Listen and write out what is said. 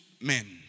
men